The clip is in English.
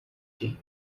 team